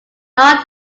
not